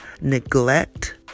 neglect